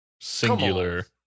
Singular